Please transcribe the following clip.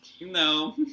no